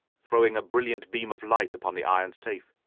throwing a brilliant beam of light upon the iron safe,